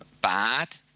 bad